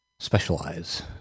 specialize